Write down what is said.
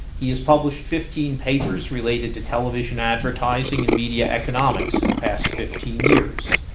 he has published fifteen papers related to television advertising and media economics in the past fifteen years.